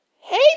Hey